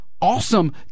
awesome